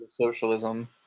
socialism